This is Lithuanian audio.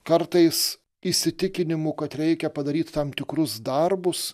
kartais įsitikinimų kad reikia padaryt tam tikrus darbus